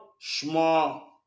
small